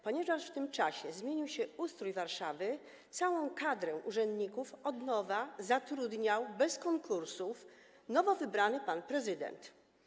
Ponieważ w tym czasie zmienił się ustrój Warszawy, całą kadrę urzędników od nowa zatrudniał bez konkursów nowo wybrany pan prezydent.